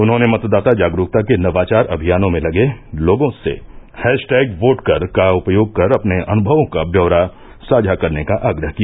उन्होंने मतदाता जागरूकता के नवाचार अभियानों में लगे लोगों से हैशटेग वोट कर का उपयोग कर अपने अनुभवों का ब्यौरा साझा करने का आग्रह किया